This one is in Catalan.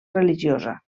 religiosa